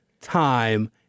time